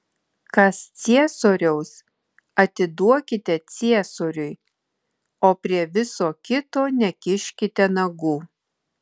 kas ciesoriaus atiduokite ciesoriui o prie viso kito nekiškite nagų